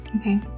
okay